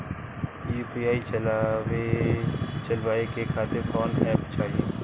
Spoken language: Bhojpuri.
यू.पी.आई चलवाए के खातिर कौन एप चाहीं?